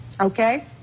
Okay